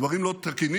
דברים לא תקינים,